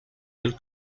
del